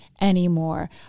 anymore